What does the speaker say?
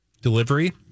delivery